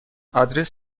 آدرس